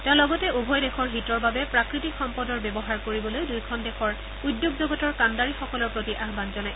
তেওঁ লগতে উভয় দেশৰ হিতৰ বাবে প্ৰাকৃতিক সম্পদৰ ব্যৱহাৰ কৰিবলৈ দূয়োখন দেশৰ উদ্যোগ জগতৰ কাণ্ডাৰীসকলৰ প্ৰতি আহ্বান জনায়